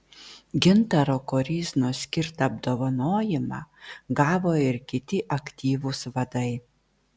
gintaro koryznos skirtą apdovanojimą gavo ir kiti aktyvūs vadai